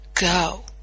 go